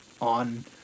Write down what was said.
on